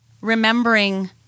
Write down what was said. remembering